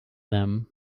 them